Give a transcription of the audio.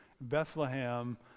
Bethlehem